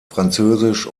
französisch